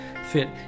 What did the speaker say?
fit